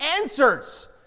answers